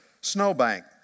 snowbank